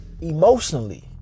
emotionally